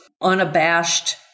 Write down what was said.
unabashed